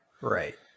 right